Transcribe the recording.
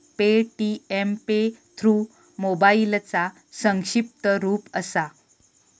Paytm pay through मोबाईलचा संक्षिप्त रूप असा